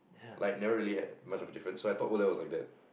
like never really had much of difference so I thought O-level was like that